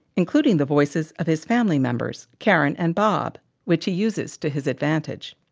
including the voices of his family members, karin and bob, which he uses to his advantage.